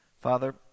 father